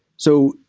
so,